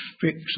fix